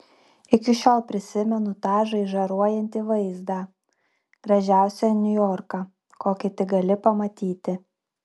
iki šiol prisimenu tą žaižaruojantį vaizdą gražiausią niujorką kokį tik gali pamatyti